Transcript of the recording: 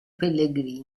pellegrini